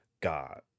God